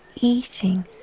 eating